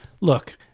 look